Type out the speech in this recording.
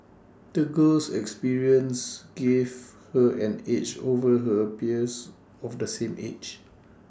the girl's experiences gave her an edge over her peers of the same age